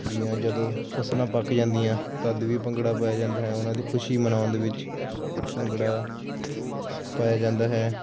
ਦੀਆਂ ਜਦੋਂ ਫਸਲਾਂ ਪੱਕ ਜਾਂਦੀਆਂ ਤਦ ਵੀ ਭੰਗੜਾ ਪਾਇਆ ਜਾਂਦਾ ਹੈ ਉਹਨਾਂ ਦੀ ਖੁਸ਼ੀ ਮਨਾਉਣ ਦੇ ਵਿੱਚ ਭੰਗੜਾ ਪਾਇਆ ਜਾਂਦਾ ਹੈ